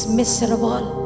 miserable